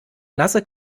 nasse